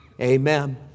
amen